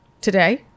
today